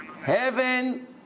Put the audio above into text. Heaven